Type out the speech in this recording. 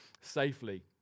safely